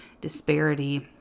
disparity